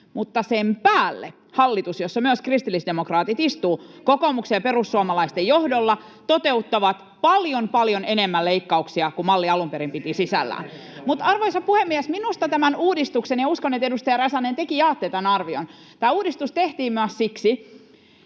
Mutta sen päälle hallitus, jossa myös kristillisdemokraatit istuvat, kokoomuksen ja perussuomalaisten johdolla toteuttaa paljon, paljon enemmän leikkauksia kuin malli alun perin piti sisällään. Arvoisa puhemies! Minusta tämä uudistus — ja uskon, että, edustaja Räsänen, tekin jaatte tämän arvion — tehtiin myös siksi,